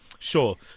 Sure